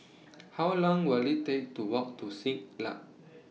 How Long Will IT Take to Walk to Siglap